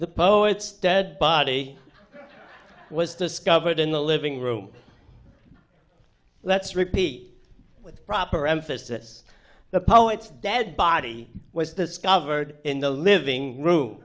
the poets dead body was discovered in the living room let's rip me with proper emphasis the poet's dead body was discovered in the living room